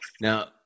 now